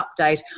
update